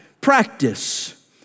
practice